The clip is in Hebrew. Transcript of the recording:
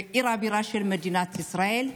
עיר הבירה של מדינת ישראל,